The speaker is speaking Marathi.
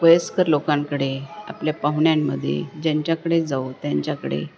वयस्कर लोकांकडे आपल्या पाहुण्यांमध्ये ज्यांच्याकडे जाऊ त्यांच्याकडे